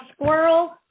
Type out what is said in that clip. squirrel